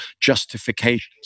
justifications